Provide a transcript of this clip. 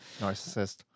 Narcissist